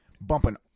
bumping